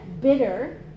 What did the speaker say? bitter